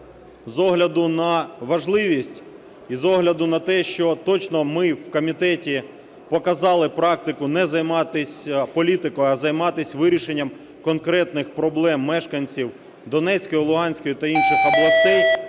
з огляду на важливість і з огляду на те, що точно ми в комітеті показали практику не займатись політикою, а займатись вирішенням конкретних проблем мешканців Донецької, Луганської та інших областей.